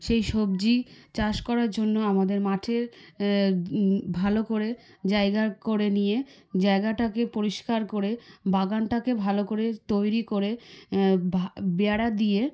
সেই সবজি চাষ করার জন্য আমাদের মাঠে ভালো করে জায়গা করে নিয়ে জায়গাটাকে পরিষ্কার করে বাগানটাকে ভালো করে তৈরি করে বেড়া দিয়ে